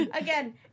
Again